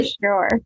sure